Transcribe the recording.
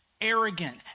arrogant